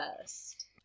first